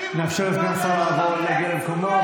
נאפשר לסגן השר להגיע למקומו.